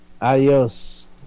adios